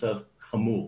מצב חמור.